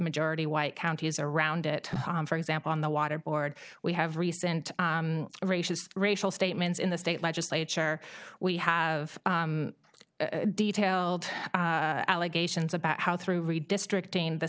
majority white counties around it for example on the waterboard we have recent racist racial statements in the state legislature we have detailed allegations about how through redistricting the